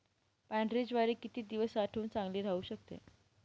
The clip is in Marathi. पांढरी ज्वारी किती दिवस साठवून चांगली राहू शकते?